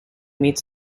meets